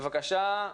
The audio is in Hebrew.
בבקשה.